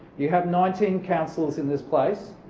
you have nineteen councillors in this place.